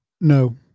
No